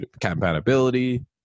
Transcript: compatibility